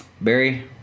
Barry